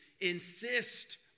insist